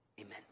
Amen